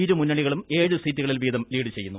ഇരു മുന്നണികളും ഏഴ് സീറ്റുകളിൽ ്വീതം ലീഡ് ചെയ്യുന്നു